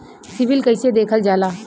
CIBIL कैसे देखल जाला?